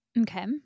Okay